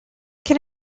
can